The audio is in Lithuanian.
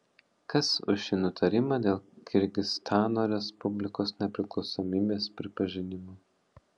kas už šį nutarimą dėl kirgizstano respublikos nepriklausomybės pripažinimo